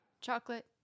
Chocolate